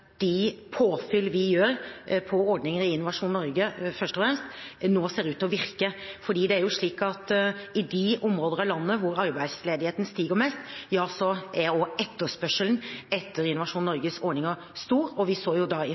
de påfyll vi gjør på ordningene i Innovasjon Norge, først og fremst, nå ser ut til å virke. I de områder av landet hvor arbeidsledigheten stiger mest, er også etterspørselen etter Innovasjon Norges ordninger stor, og vi så i høst at Innovasjon Norge gikk tom. Da